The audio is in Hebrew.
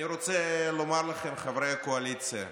אני רוצה לומר לכם, חברי הקואליציה,